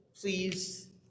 Please